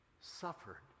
suffered